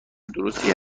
درستی